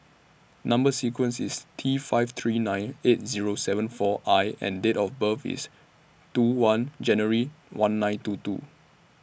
Number sequence IS T five three nine eight Zero seven four I and Date of birth IS two one January one nine two two